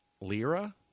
Lira